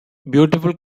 beautiful